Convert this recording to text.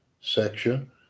section